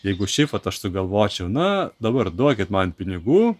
jeigu šiaip vat aš sugalvočiau na dabar duokit man pinigų